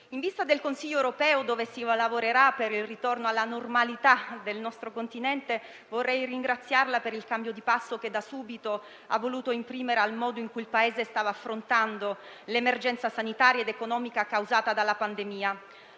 in vista del Consiglio europeo, nel quale si lavorerà per il ritorno alla normalità del nostro Continente, vorrei ringraziarla per il cambio di passo che da subito ha voluto imprimere al modo in cui il Paese stava affrontando l'emergenza sanitaria ed economica causata dalla pandemia.